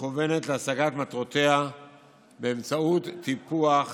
מכוונת להשגת מטרותיה באמצעות טיפוח